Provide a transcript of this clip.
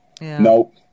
Nope